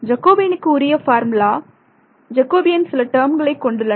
ஜெகோபியனுக்கு உரிய formula Jacobian சில டேர்ம்களை கொண்டுள்ளன